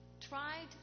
tried